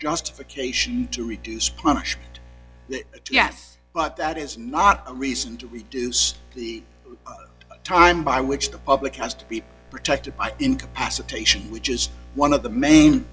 justification to reduce punish yes but that is not a reason to reduce time by which the public has to be protected by incapacitation which is one of the main